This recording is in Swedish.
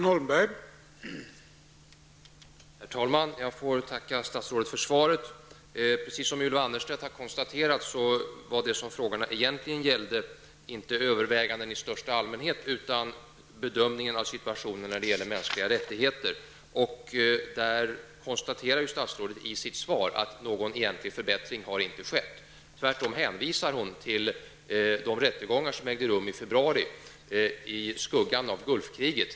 Herr talman! Jag får tacka statsrådet för svaret. Precis som Ylva Annerstedt har konstaterat gällde frågorna egentligen inte överväganden i största allmänhet utan bedömningen av situationen när det gäller mänskliga rättigheter. Statsrådet konstaterade i sitt svar att det inte har skett någon egentlig förbättring. Hon hänvisar tvärtom till de rättegångar som ägde rum i februari i skuggan av Gulfkriget.